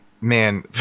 man